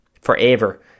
forever